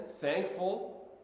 thankful